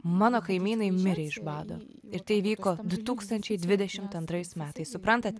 mano kaimynai mirė iš bado ir tai įvyko du tūkstančiai dvidešimt antrais metais suprantat